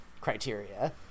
criteria